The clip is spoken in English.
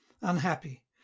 unhappy